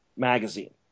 magazine